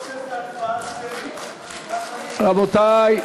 טוב שזו הצבעה שמית, רבותי,